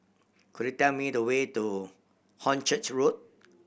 could you tell me the way to Hornchurch Road